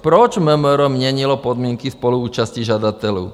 Proč MMR měnilo podmínky spoluúčasti žadatelů?